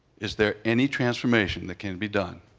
is there any transformation that can be done?